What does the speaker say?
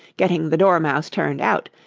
getting the dormouse turned out,